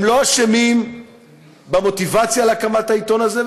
הם לא אשמים במוטיבציה להקמת העיתון הזה,